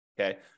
okay